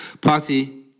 Party